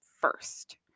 first